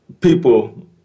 people